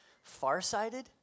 Farsighted